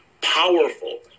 powerful